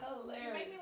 hilarious